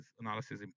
analysis